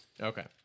Okay